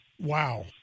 Wow